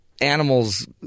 animals